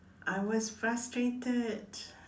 I was frustrated